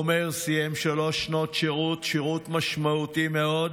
עומר סיים שלוש שנות שירות, שירות משמעותי מאוד,